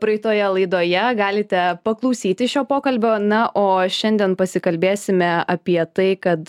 praeitoje laidoje galite paklausyti šio pokalbio na o šiandien pasikalbėsime apie tai kad